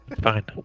fine